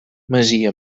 masia